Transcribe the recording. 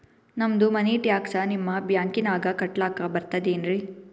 ನಮ್ದು money tax ನಿಮ್ಮ ಬ್ಯಾಂಕಿನಾಗ ಕಟ್ಲಾಕ ಬರ್ತದೇನ್ರಿ?